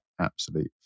absolute